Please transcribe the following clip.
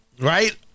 right